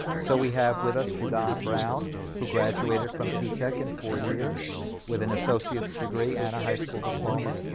so we have with us shadan brown who graduated from p-tech in four years with an associates degree and a high school diploma.